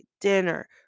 dinner